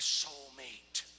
soulmate